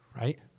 right